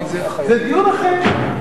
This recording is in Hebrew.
זה דיון אחר.